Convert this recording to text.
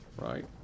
right